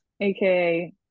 AKA